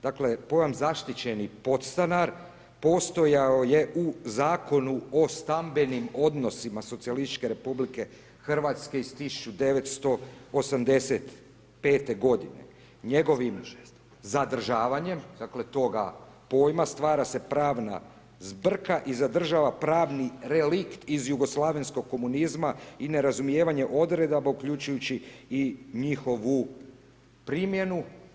Dakle, pojam zaštićeni podstanar, postao je u Zakonu o stambenim odnosima socijalističke RH iz 1985. g. Njegovim zadržavanjem, dakle, toga pojma stvara se pravna zbrka i zadržava pravni delikt iz Jugoslavenskog komunizma i nerazumijevanje odredaba uključujući i njihovu primjenu.